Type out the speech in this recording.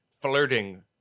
flirting